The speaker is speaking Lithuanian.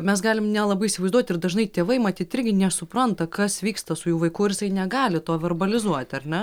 mes galim nelabai įsivaizduoti ir dažnai tėvai matyt irgi nesupranta kas vyksta su jų vaikų ir jisai negali to verbalizuoti ar ne